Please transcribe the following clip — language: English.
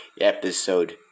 episode